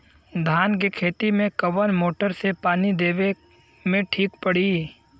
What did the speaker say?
धान के खेती मे कवन मोटर से पानी देवे मे ठीक पड़ी?